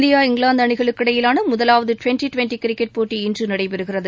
India England அணிகளுக்கு இடையிலாள முதலாவது டுவெண்டு டுவெண்டி கிரிக்கெட் போட்டி இன்று நடைபெறுகிறது